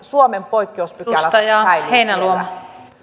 suomen poikkeuspykälä säilyy siellä